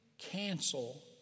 cancel